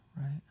Right